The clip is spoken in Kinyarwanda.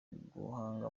guhanga